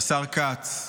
השר כץ,